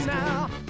now